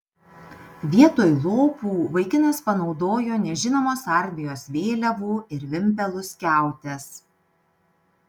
vietoj lopų vaikinas panaudojo nežinomos armijos vėliavų ir vimpelų skiautes